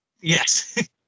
Yes